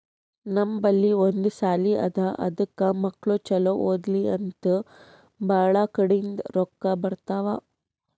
ನಮ್ ಬಲ್ಲಿ ಒಂದ್ ಸಾಲಿ ಅದಾ ಅದಕ್ ಮಕ್ಕುಳ್ ಛಲೋ ಓದ್ಲಿ ಅಂತ್ ಭಾಳ ಕಡಿಂದ್ ರೊಕ್ಕಾ ಬರ್ತಾವ್